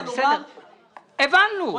הבנו.